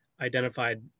identified